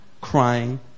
crying